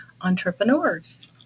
entrepreneurs